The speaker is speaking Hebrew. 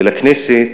ולכנסת